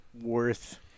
worth